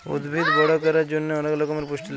উদ্ভিদ বড় ক্যরার জন্হে অলেক রক্যমের পুষ্টি লাগে